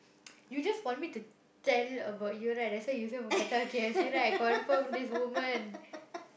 you just want me to tell you about you that's why you say mookata K_F_C right confirm this woman